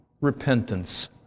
repentance